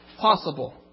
possible